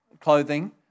clothing